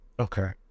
Okay